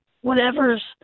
whatever's